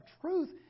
truth